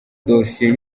dosiye